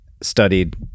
studied